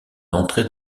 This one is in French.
d’entrée